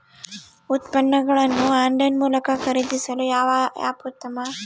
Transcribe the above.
ಉತ್ಪನ್ನಗಳನ್ನು ಆನ್ಲೈನ್ ಮೂಲಕ ಖರೇದಿಸಲು ಯಾವ ಆ್ಯಪ್ ಉತ್ತಮ?